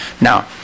Now